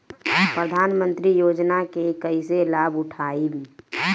प्रधानमंत्री योजना के कईसे लाभ उठाईम?